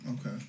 Okay